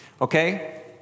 Okay